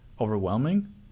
overwhelming